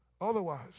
Otherwise